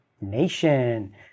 Nation